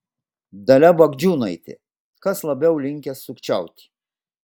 dalia bagdžiūnaitė kas labiau linkęs sukčiauti